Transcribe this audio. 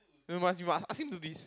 you must you must ask him do this